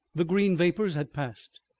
the green vapors had passed,